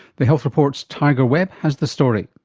the health report's tiger webb has the story.